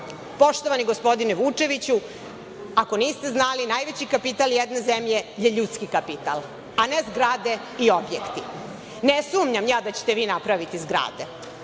Poštovani gospodine Vučeviću, ako niste znali, najveći kapital jedne zemlje je ljudski kapital, a ne zgrade i objekti. Ne sumnjam ja da ćete vi napraviti zgrade,